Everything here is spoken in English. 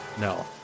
no